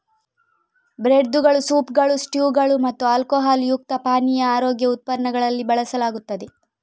ಬ್ರೆಡ್ದುಗಳು, ಸೂಪ್ಗಳು, ಸ್ಟ್ಯೂಗಳು ಮತ್ತು ಆಲ್ಕೊಹಾಲ್ ಯುಕ್ತ ಪಾನೀಯ ಆರೋಗ್ಯ ಉತ್ಪನ್ನಗಳಲ್ಲಿ ಬಳಸಲಾಗುತ್ತದೆ